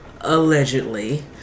allegedly